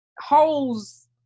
holes